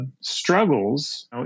struggles